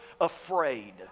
afraid